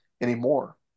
anymore